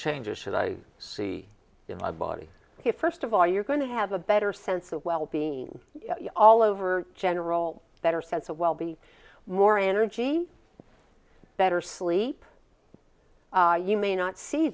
changes should i see in my body here first of all you're going to have a better sense of wellbeing all over general better sense of well be more energy better sleep you may not see